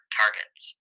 targets